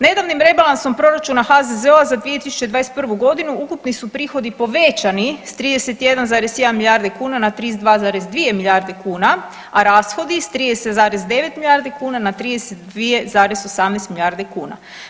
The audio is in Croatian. Nedavnim rebalansom proračuna HZZO-a za 2021. godinu ukupni su prihodi povećani s 31,1 milijarde kuna na 32,2 milijarde kuna, a rashodi sa 30,9 milijardi kuna na 32,18 milijarde kuna.